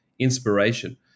inspiration